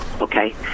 okay